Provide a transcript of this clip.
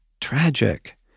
tragic